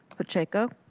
pacheco.